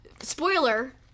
Spoiler